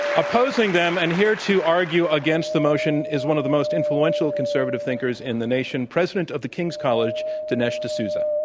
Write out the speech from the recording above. opposing them, and here to argue against the motion is one of the most influential conservative thinkers in the nation, president of the king's college, dinesh d'souza.